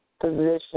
position